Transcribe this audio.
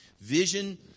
Vision